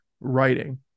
writing